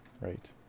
Right